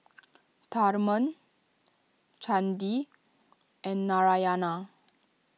Tharman Chandi and Narayana